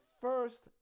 first